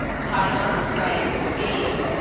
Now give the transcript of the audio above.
tyler craig dean